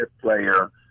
player